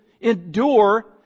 endure